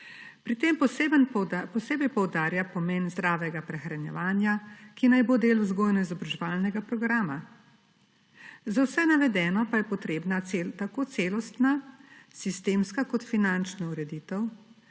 Pri tem posebej poudarja pomen zdravega prehranjevanja, ki naj bo del vzgojno-izobraževalnega programa. Za vse navedeno pa je potrebna tako celostna, sistemska kot finančna ureditev,